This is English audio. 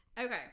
Okay